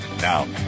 Now